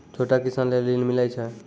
छोटा किसान लेल ॠन मिलय छै?